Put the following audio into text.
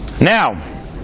Now